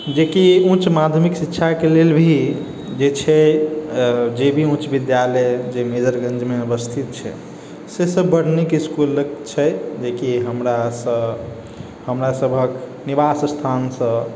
जेकि उच्च माध्यमिक शिक्षाके लेल भी जे छै जे भी उच्च विद्यालय जाहिमे मेजरगञ्जमे अवस्थित छै से सब बड़ नीक इसकुल छै जेकि हमरासँ हमरा सभक निवास स्थानसँ